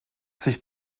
sich